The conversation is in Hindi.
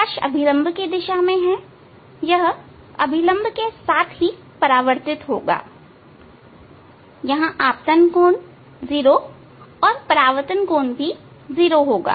प्रकाश अभिलंब की दिशा में है यह अभिलंब के साथ ही परावर्तित होगा यहां आपतन कोण 0 और परावर्तन कोण भी 0 होगा